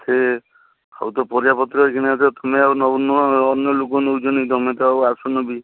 ସେ ଆଉ ତ ପରିବାପତ୍ର ଏଇକ୍ଷିଣାକେ ତମେ ଆଉ ନଉନ ଆଉ ଅନ୍ୟ ଲୁକ ନଉଛନ୍ତି ତମେ ତ ଆଉ ଆସୁନ ବି